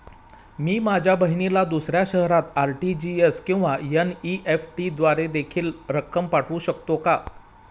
मी माझ्या बहिणीला दुसऱ्या शहरात आर.टी.जी.एस किंवा एन.इ.एफ.टी द्वारे देखील रक्कम पाठवू शकतो का?